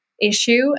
issue